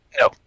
No